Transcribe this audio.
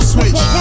Switch